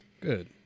good